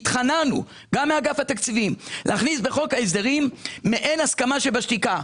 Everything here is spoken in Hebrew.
התחננו גם לאגף התקציבים להכניס בחוק ההסדרים מעין הסכמה שבשתיקה.